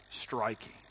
striking